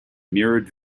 mirrored